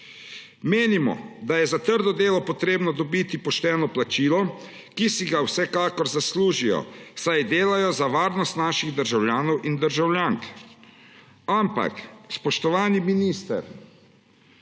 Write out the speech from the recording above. Menimo, da je za trdo delo potrebno dobiti pošteno plačilo, ki si ga vsekakor zaslužijo, saj delajo za varnost naših državljanov in državljank. Ampak, spoštovani minister,